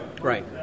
Right